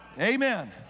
Amen